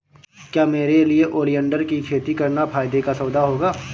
क्या मेरे लिए ओलियंडर की खेती करना फायदे का सौदा होगा?